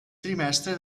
trimestre